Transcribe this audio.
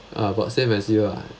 ya lah about same as you ah